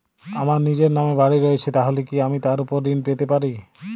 আমার নিজের নামে বাড়ী রয়েছে তাহলে কি আমি তার ওপর ঋণ পেতে পারি?